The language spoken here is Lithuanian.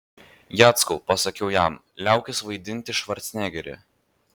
jackau pasakiau jam liaukis vaidinti švarcnegerį